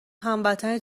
هموطنی